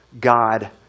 God